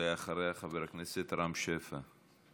בבקשה, ואחריה, חבר הכנסת רם שפע.